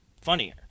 funnier